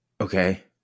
Okay